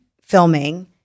filming